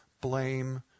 blame